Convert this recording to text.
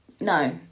no